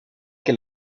que